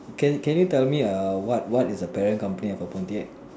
can can you tell me err what what is a parent company of a